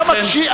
אתה מקשיב?